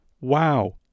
wow